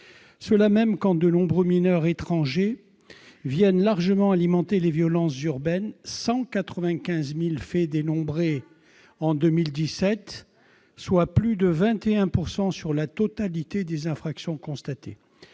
alors même que de nombreux mineurs étrangers viennent largement alimenter les violences urbaines- quelque 195 000 faits ont été dénombrés en 2017, soit plus de 21 % sur la totalité des infractions constatées.